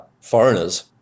foreigners